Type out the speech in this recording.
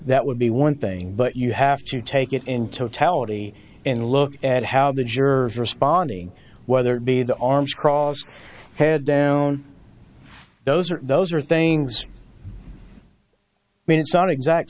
that would be one thing but you have to take it in totality and look at how the jurors are responding whether it be the arms crossed head down those are those are things i mean it's not exact